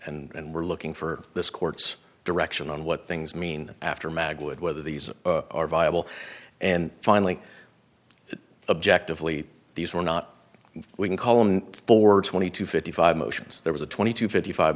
and we're looking for this court's direction on what things mean after mag would whether these are viable and finally it objectively these were not we can call on for twenty to fifty five motions there was a twenty two fifty five